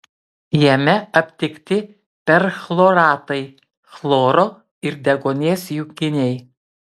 jame aptikti perchloratai chloro ir deguonies junginiai